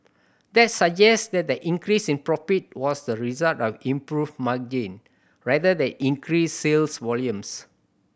that suggests that the increase in profit was the result of improved margin rather than increased sales volumes